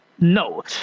no